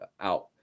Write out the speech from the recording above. out